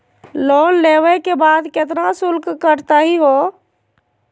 Loan लेवे के बाद केतना शुल्क कटतही हो?